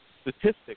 statistics